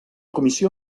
comissió